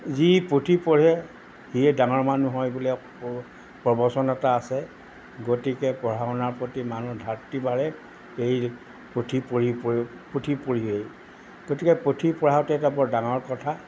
যি পুথি পঢ়ে সিয়ে ডাঙৰ মানুহ হয় বুলি প্ৰবচন এটা আছে গতিকে পঢ়া শুনাৰ প্ৰতি মানুহ ধাউতি বাঢ়ে এই পুথি পঢ়ি পঢ়ি পুথি পঢ়িয়েই গতিকে পুথি পঢ়াটো এটা বৰ ডাঙৰ কথা